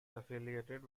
affiliated